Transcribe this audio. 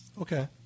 Okay